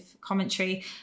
commentary